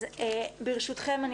ברשותכם,